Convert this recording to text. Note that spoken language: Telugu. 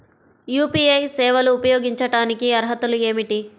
యూ.పీ.ఐ సేవలు ఉపయోగించుకోటానికి అర్హతలు ఏమిటీ?